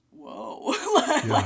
whoa